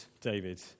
David